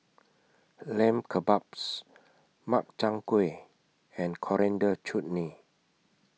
Lamb Kebabs Makchang Gui and Coriander Chutney